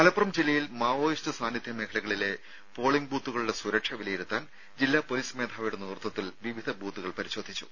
മലപ്പുറം ജില്ലയിൽ മാവോയിസ്റ്റ് സാന്നിധൃ മേഖലക ളിലെ പോളിംഗ് ബൂത്തുകളുടെ സുരക്ഷ വിലയിരുത്താൻ ജില്ലാ പൊലീസ് മേധാവിയുടെ നേതൃത്വത്തിൽ വിവിധ ബൂത്തുകൾ പരിശോധിച്ചു